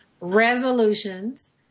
resolutions